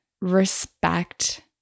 respect